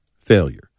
failure